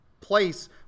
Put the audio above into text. place